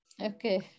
okay